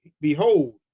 Behold